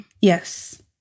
Yes